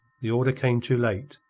the order came too late.